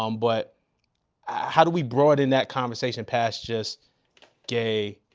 um but how do we broaden that conversation past just gay,